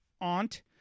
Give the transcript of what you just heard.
aunt